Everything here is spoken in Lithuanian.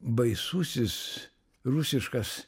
baisusis rusiškas